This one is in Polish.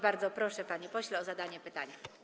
Bardzo proszę, panie pośle, o zadanie pytania.